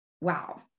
wow